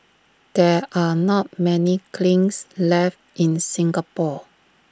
there are not many kilns left in Singapore